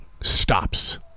stops